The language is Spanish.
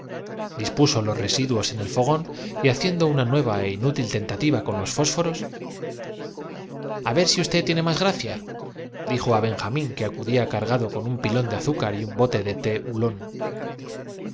consumo y aho ra nos fogón y haciendo una nueva é inútil tentativa con los encontramos con que son resistentes á toda fósforos influencia física á ver si usted tiene más graciadijo á benjamin es decir que acudía cargado con un pilón de azúcar y un bote que ni